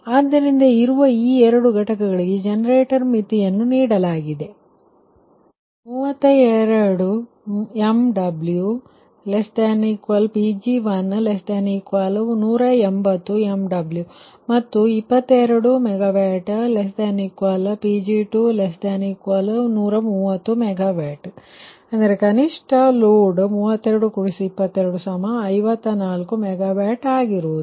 ಆದ್ದರಿಂದ ಇರುವ ಈ ಎರಡು ಘಟಕಗಳಿಗೆ ಜನರೇಟರ್ ಮಿತಿಗಳನ್ನು ನೀಡಲಾಗಿದೆ 32 MW≤Pg1≤180 MW ಮತ್ತು 22 MW≤Pg2≤130 MW ಅಂದರೆ ಕನಿಷ್ಠ ಲೋಡ್ 322254 MW ಆಗಿರುತ್ತದೆ